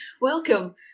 welcome